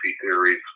theories